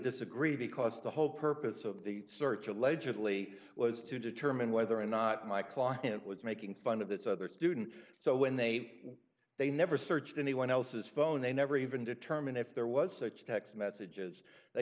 disagree because the whole purpose of the search allegedly was to determine whether or not my client was making fun of this other student so when they they never searched anyone else's phone they never even determine if there was such text messages they